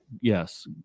Yes